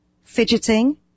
fidgeting